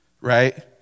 right